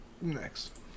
Next